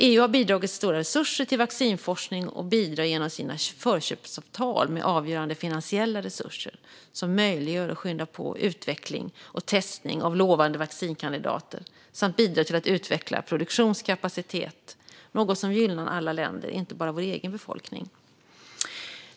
EU har bidragit med stora resurser till vaccinforskning, bidrar genom sina förköpsavtal med avgörande finansiella resurser som möjliggör och skyndar på utveckling och testning av lovande vaccinkandidater samt bidrar till att utveckla produktionskapacitet, något som gynnar alla länder, inte bara vår egen befolkning.